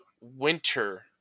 winter